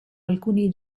alcuni